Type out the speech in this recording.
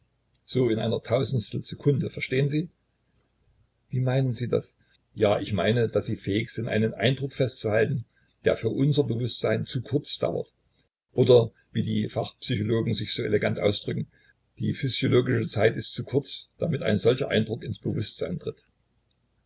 so in einer tausendstel sekunde verstehen sie wie meinen sie das ja ich meine daß sie fähig sind einen eindruck festzuhalten der für unser bewußtsein zu kurz dauert oder wie die fachpsychologen sich so elegant ausdrücken die physiologische zeit ist zu kurz damit ein solcher eindruck ins bewußtsein tritt